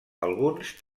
alguns